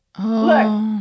Look